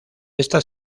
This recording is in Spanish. esta